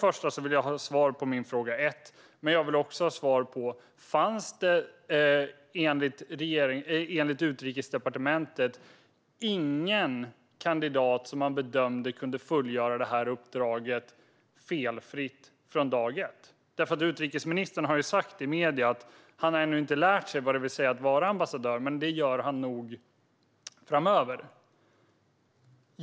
Jag vill ha svar på min första fråga, och jag vill också ha svar på detta: Fanns det enligt Utrikesdepartementet ingen kandidat som man bedömde kunde fullgöra detta uppdrag felfritt från dag ett? Utrikesministern har sagt i medier att han ännu inte har lärt sig vad det vill säga att vara ambassadör men att han nog gör det framöver.